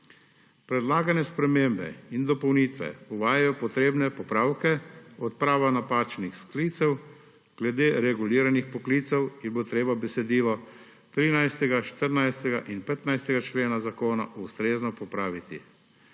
Predlagane spremembe in dopolnitve uvajajo potrebne popravke, odprava napačnih sklicev, glede reguliranih poklicev je bilo treba besedilo 13., 14. in 15. člena zakona ustrezno popraviti,